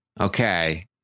Okay